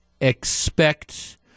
expect